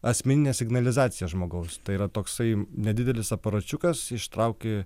asmeninė signalizacija žmogaus tai yra toksai nedidelis aparačiukas ištrauki